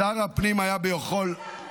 שר הפנים היה יכול ------ חבריי.